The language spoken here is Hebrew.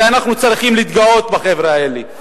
אנחנו צריכים להתגאות בחבר'ה האלה.